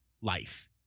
life